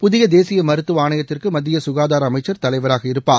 புதிய தேசிய மருத்துவ ஆணையத்துக்கு மத்திய சுகாதார அமைச்சர் தலைவராக இருப்பார்